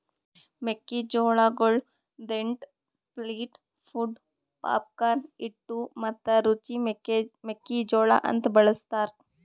ಮೆಕ್ಕಿ ಜೋಳಗೊಳ್ dent, flint, pod, popcorn, ಹಿಟ್ಟು ಮತ್ತ ರುಚಿ ಮೆಕ್ಕಿ ಜೋಳ ಅಂತ್ ಬಳ್ಸತಾರ್